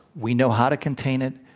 we know how to contain it.